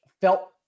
felt